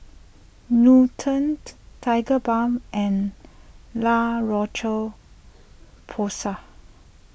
Nutren Tigerbalm and La Roche Porsay